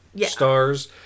stars